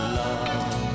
love